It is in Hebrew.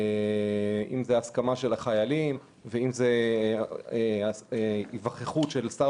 אם זה הסכמה של חיילים ואם זה היווכחות של שר